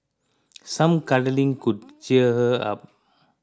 some cuddling could cheer her up